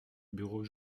bureau